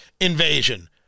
invasion